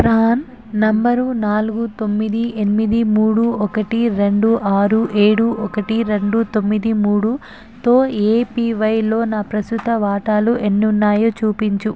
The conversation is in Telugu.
ప్రాన్ నంబరు నాలుగు తొమ్మిది ఎనిమిది మూడు ఒకటి రెండు ఆరు ఏడు ఒకటి రెండు తొమ్మిది మూడుతో ఏపీవైలో నా ప్రస్తుత వాటాలు ఎన్నున్నాయో చూపించు